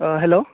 ओ हेलौ